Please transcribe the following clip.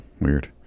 Weird